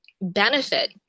benefit